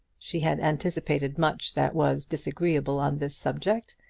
she had anticipated much that was disagreeable on this subject,